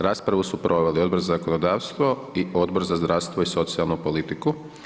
Raspravu su problemi Odbor za zakonodavstvo i Odbor za zdravstvo i socijalnu politiku.